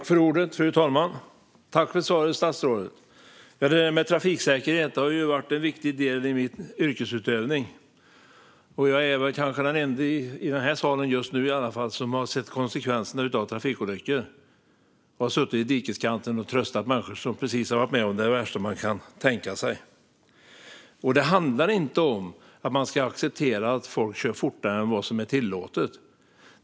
Fru talman! Jag tackar statsrådet för svaret. Trafiksäkerhet har varit en viktig del i min yrkesutövning, och jag är kanske den enda i denna sal, just nu i alla fall, som har sett konsekvenserna av trafikolyckor. Jag har suttit i dikeskanten och tröstat människor som precis har varit med om det värsta man kan tänka sig. Det handlar inte om att man ska acceptera att folk kör fortare än vad som är tillåtet.